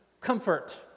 comfort